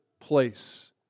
place